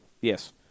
Yes